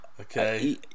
Okay